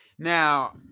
Now